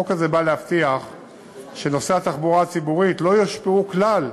החוק הזה בא להבטיח שנוסעי התחבורה הציבורית לא יושפעו כלל